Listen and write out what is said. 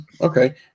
okay